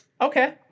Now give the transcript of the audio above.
Okay